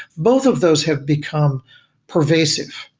both of those have become pervasive.